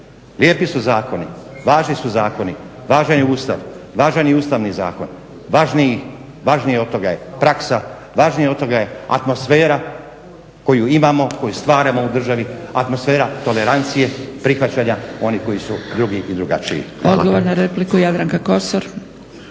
Lijepi su zakoni, važni su zakoni, važan je Ustav, važan je Ustavni zakon, važnije od toga je praksa, važnije od toga je atmosfera koju imamo koju stvaramo u državi atmosfera tolerancije, prihvaćanja onih koji su drugi i drugačiji.